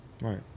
Right